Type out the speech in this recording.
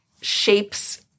shapes—